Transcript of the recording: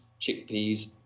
chickpeas